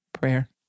prayer